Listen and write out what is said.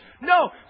No